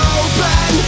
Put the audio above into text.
open